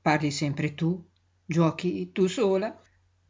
parli sempre tu giuochi tu sola